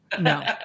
no